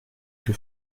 que